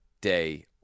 day